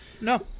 No